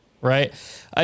right